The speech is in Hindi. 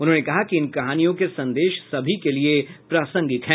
उन्होंने कहा कि इन कहानियों के संदेश सभी के लिए प्रासंगिक हैं